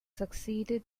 succeeded